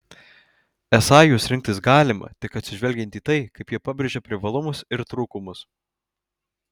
esą juos rinktis galima tik atsižvelgiant į tai kaip jie pabrėžia privalumus ir trūkumus